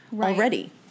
already